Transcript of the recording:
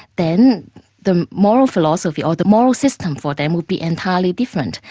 then the moral philosophy or the moral system for them would be entirely different.